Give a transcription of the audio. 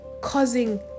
Causing